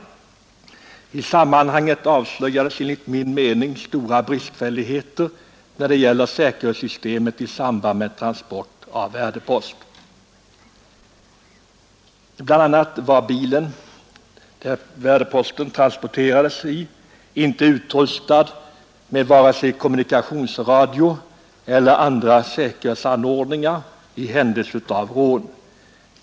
I detta sammanhang avslöjades enligt min mening stora bristfälligheter när det gäller säkerhetssystemet för transport av värdepost. Bl. a. var den bil som värdeposten transporterades med inte utrustad med vare sig kommunikationsradio eller andra säkerhetsanordningar.